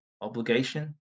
obligation